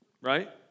Right